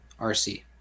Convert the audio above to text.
RC